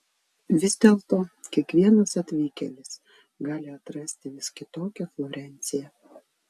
vis dėlto kiekvienas atvykėlis gali atrasti vis kitokią florenciją